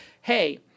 hey